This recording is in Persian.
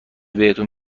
بهتون